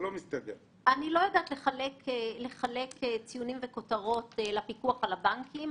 אני לא יודעת לחלק ציונים וכותרות לפיקוח על הבנקים.